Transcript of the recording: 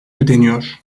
ödeniyor